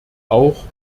auch